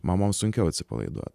mamom sunkiau atsipalaiduo